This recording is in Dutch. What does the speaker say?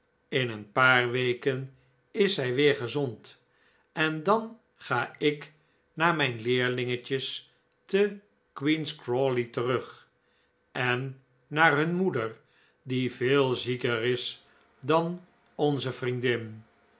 in een paar weken is zij weer gezond en dan ga ik naar mijn leerlingetjes te queen's crawley terug en naar hun moeder die veel zieker is dan onze vriendin